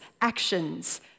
actions